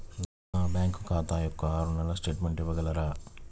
నా బ్యాంకు ఖాతా యొక్క ఆరు నెలల స్టేట్మెంట్ ఇవ్వగలరా?